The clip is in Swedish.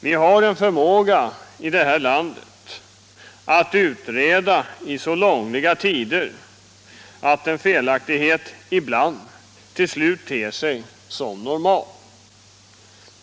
Vi har en förmåga i det här landet att utreda i så långa tider att en felaktighet ibland till slut ter sig som normal.